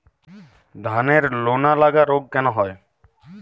ধানের লোনা লাগা রোগ কেন হয়?